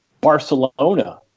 barcelona